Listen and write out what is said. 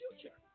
future